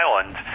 island